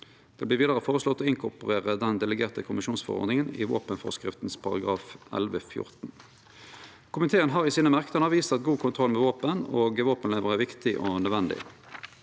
Det vert vidare føreslått å inkorporere den delegerte kommisjonsforordninga i våpenforskrifta § 11-14. Komiteen har i sine merknader vist at god kontroll med våpen og våpenløyve er viktig og nødvendig.